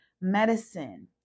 medicine